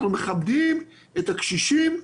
אנחנו מכבדים את הקשישים,